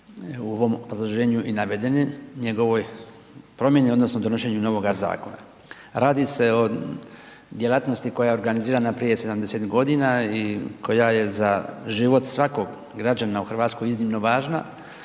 u ovom obrazloženju i navedeni, njegovoj promjeni odnosno donošenju novoga zakona. Radi se o djelatnosti koja je organizirana prije 70 godina i koja je za život svakog građanina u Hrvatskoj iznimno važna